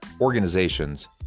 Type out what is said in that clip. organizations